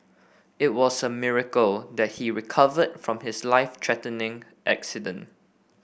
it was a miracle that he recovered from his life threatening accident